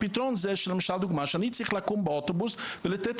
הפתרון זה למשל דוגמה שאני צריך לקום באוטובוס ולתת